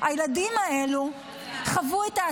או ילדה אחרת שאוהדת את מילנו,